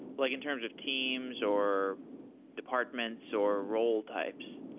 like in terms of teams, or departments, or role types.